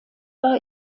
war